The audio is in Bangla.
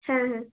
হ্যাঁ হ্যাঁ